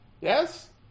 Yes